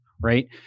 right